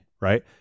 right